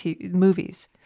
movies